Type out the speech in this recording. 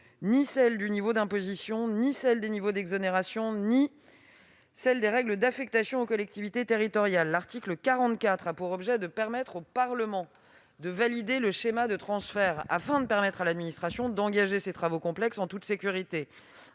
ni du niveau d'imposition, ni des niveaux d'exonération, ni des règles d'affectation aux collectivités territoriales. L'article 44 a pour objet de permettre au Parlement de valider le schéma de transfert, afin de permettre à l'administration d'engager ces travaux complexes en toute sécurité.